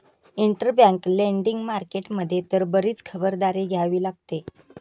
interbank lending market मध्ये तर बरीच खबरदारी घ्यावी लागते